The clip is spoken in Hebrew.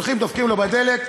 הולכים, דופקים לו בדלת: